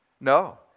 No